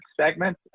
segment